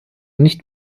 nicht